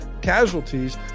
casualties